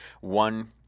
one